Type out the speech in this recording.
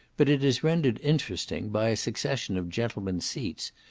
but it is rendered interesting by a succession of gentlemen's seats,